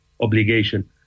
obligation